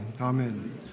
Amen